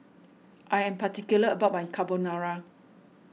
I am particular about my Carbonara